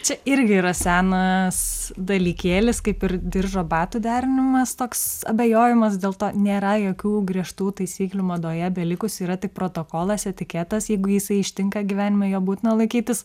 čia irgi yra senas dalykėlis kaip ir diržo batų derinimas toks abejojimas dėl to nėra jokių griežtų taisyklių madoje belikusi yra tik protokolas etiketas jeigu jisai ištinka gyvenime jo būtina laikytis